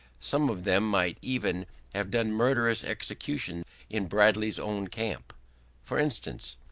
some of them might even have done murderous execution in bradley's own camp for instance,